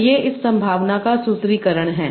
और ये इस संभावना का सूत्रीकरण हैं